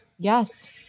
Yes